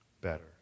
better